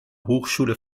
hochschule